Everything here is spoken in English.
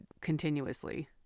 continuously